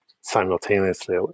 simultaneously